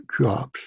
jobs